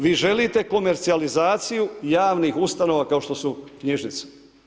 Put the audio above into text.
Vi želite komercijalizaciju javnih ustanova kao što su knjižnice.